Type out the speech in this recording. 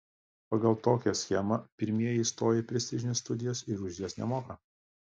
pagal tokią schemą pirmieji įstoja į prestižines studijas ir už jas nemoka